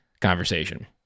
conversation